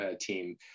team